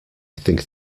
think